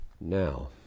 now